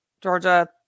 Georgia